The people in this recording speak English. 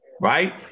right